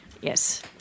Yes